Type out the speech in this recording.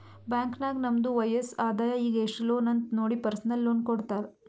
bank ನಾಗ್ ನಮ್ದು ವಯಸ್ಸ್, ಆದಾಯ ಈಗ ಎಸ್ಟ್ ಲೋನ್ ಅಂತ್ ನೋಡಿ ಪರ್ಸನಲ್ ಲೋನ್ ಕೊಡ್ತಾರ್